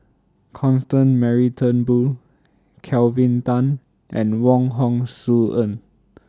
Constance Mary Turnbull Kelvin Tan and Wong Hong Suen